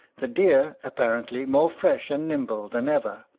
the deer, apparently more fresh and nimble than ever,